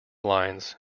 lines